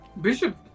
Bishop